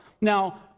Now